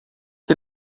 que